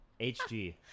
HG